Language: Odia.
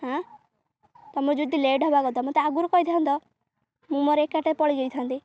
ହଁ ତମର ଯଦି ଲେଟ୍ ହବା କଥା ମତେ ଆଗରୁ କହିଥାନ୍ତ ମୁଁ ମୋର ଏକାଟେ ପଳଯାଇଥାନ୍ତି